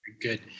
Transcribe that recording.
Good